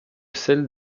celle